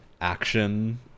action